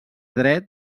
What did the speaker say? dret